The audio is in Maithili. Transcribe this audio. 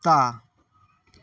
कुत्ता